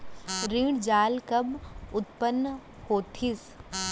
ऋण जाल कब उत्पन्न होतिस?